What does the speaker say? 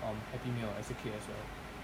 um happy meal as a kid as well